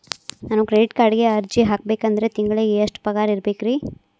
ನಾನು ಕ್ರೆಡಿಟ್ ಕಾರ್ಡ್ಗೆ ಅರ್ಜಿ ಹಾಕ್ಬೇಕಂದ್ರ ತಿಂಗಳಿಗೆ ಎಷ್ಟ ಪಗಾರ್ ಇರ್ಬೆಕ್ರಿ?